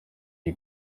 iyi